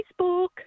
Facebook